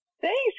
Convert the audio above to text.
Thanks